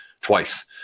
twice